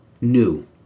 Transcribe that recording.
new